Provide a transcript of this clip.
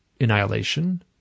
annihilation